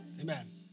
Amen